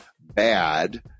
bad